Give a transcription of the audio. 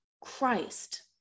Christ